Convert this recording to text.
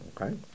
Okay